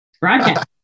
broadcast